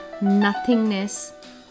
nothingness